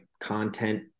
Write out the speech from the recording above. content